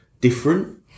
different